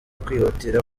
kwihutira